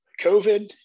COVID